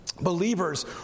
believers